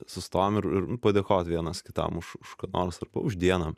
sustojam ir ir padėkoti vienas kitam už ką nors arba už dieną